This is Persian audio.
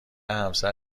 همسر